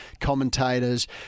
commentators